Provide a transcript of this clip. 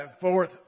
fourth